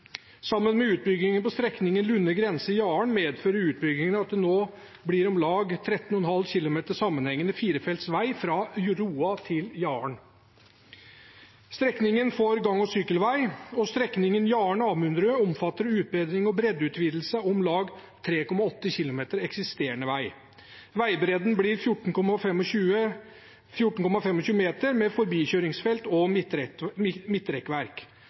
Sammen med utbyggingen på strekningen Lunner grense–Jaren medfører utbyggingen at det nå blir om lag 13,5 km sammenhengende firefeltsvei fra Roa til Jaren. Strekningen får gang- og sykkelvei, og strekningen Jaren–Amundrud omfatter utbedring og breddeutvidelse av om lag 3,8 km eksisterende vei. Veibredden blir 14,25 meter med forbikjøringsfelt og midtrekkverk. Fartsgrensen der blir 80 km/t. Strekningen Almenningsdelet–Lygnebakken omfatter utbedring og